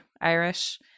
Irish